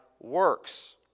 works